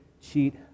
cheat